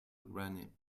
granite